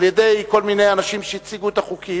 על-ידי כל מיני אנשים שהציגו את החוקים,